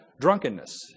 drunkenness